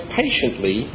patiently